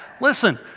Listen